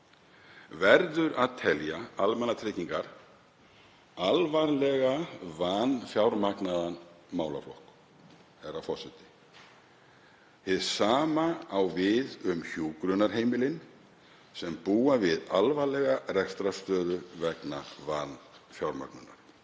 verður að telja almannatryggingar alvarlega vanfjármagnaðan málaflokk, herra forseti. Hið sama á við um hjúkrunarheimilin sem búa við alvarlega rekstrarstöðu vegna vanfjármögnunar.